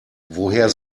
woher